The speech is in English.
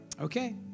okay